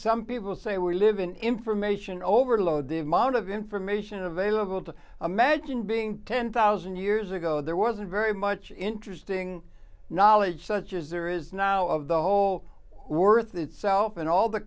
some people say we're live in information overload the amount of information available to imagine being ten thousand years ago there wasn't very much interesting knowledge such as there is now of the whole worth itself in all the